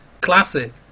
classic